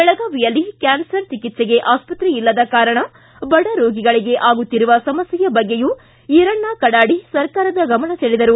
ಬೆಳಗಾವಿಯಲ್ಲಿ ಕ್ಯಾನ್ಸರ್ ಚಿಕಿತ್ಸೆಗೆ ಆಸ್ತತ್ರೆ ಇಲ್ಲದ ಕಾರಣ ಬಡರೋಗಿಗಳಿಗೆ ಆಗುತ್ತಿರುವ ಸಮಸ್ಕೆಯ ಬಗ್ಗೆಯೂ ಈರಣ್ಣ ಕಡಾಡಿ ಸರ್ಕಾರದ ಗಮನ ಸೆಳೆದರು